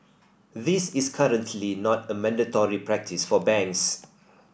this is currently not a mandatory practice for banks